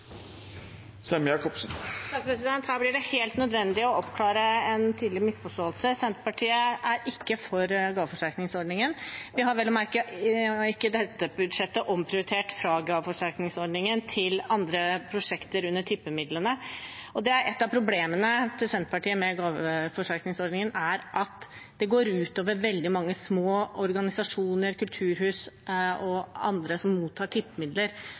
gaveforsterkningsordningen. Vi har vel og merke i dette budsjettet ikke omprioritert fra denne ordningen til andre prosjekter under tippemidlene. Et av problemene Senterpartiet har med gaveforsterkningsordningen, er at det går ut over veldig mange små organisasjoner, kulturhus og andre som mottar tippemidler,